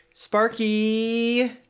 Sparky